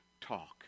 talk